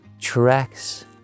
tracks